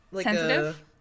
sensitive